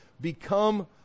Become